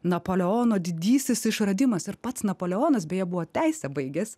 napoleono didysis išradimas ir pats napoleonas beje buvo teisę baigęs